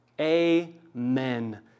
Amen